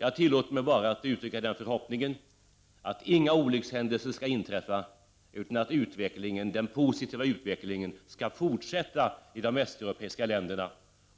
Jag tillåter mig att uttrycka en förhoppning om att inga olyckshändelser skall inträffa och att den positiva utvecklingen skall fortsätta i de östeuropeiska länderna